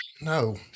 no